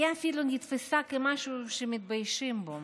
היא אפילו נתפסה כמשהו שמתביישים בו.